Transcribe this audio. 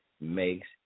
makes